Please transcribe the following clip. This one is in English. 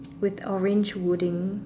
with orange wooding